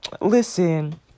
listen